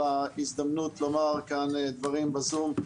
על ההזדמנות לומר כאן דברים בזום.